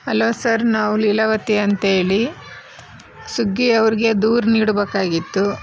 hello sir ನಾವು ಲೀಲಾವತಿ ಅಂಥೇಳಿ ಸುಗ್ಗಿ ಅವರಿಗೆ ದೂರು ನೀಡ್ಬೇಕಾಗಿತ್ತು